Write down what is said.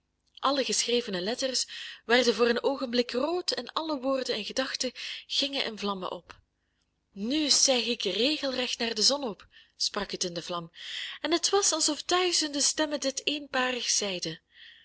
alle geschrevene letters werden voor een oogenblik rood en alle woorden en gedachten gingen in vlammen op nu stijg ik regelrecht naar de zon op sprak het in de vlam en het was alsof duizenden stemmen dit eenparig zeiden